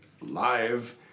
live